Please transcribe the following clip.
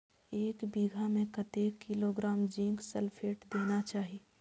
एक बिघा में कतेक किलोग्राम जिंक सल्फेट देना चाही?